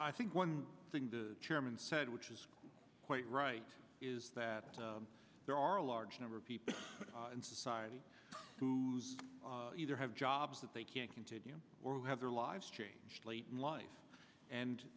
i think one thing the chairman said which is quite right is that there are a large number of people and society who's either have jobs that they can't continue or who have their lives changed late in life and